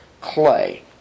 clay